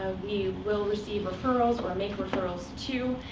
we will receive referrals, or make referrals to,